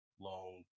long